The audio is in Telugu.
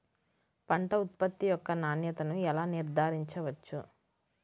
పంట ఉత్పత్తి యొక్క నాణ్యతను ఎలా నిర్ధారించవచ్చు?